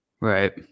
Right